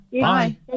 Bye